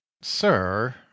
sir